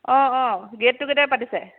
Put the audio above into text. অঁ অঁ get together পাতিছে